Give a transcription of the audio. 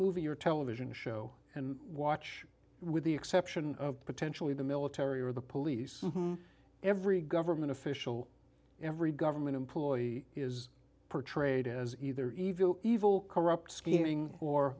movie or television show and watch with the exception of potentially the military or the police every government official every government employee is portrayed as either evil evil corrupt scheming or